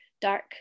dark